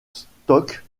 stokes